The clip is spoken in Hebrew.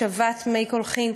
השבת מי קולחין,